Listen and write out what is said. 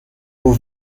will